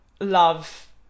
love